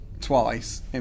twice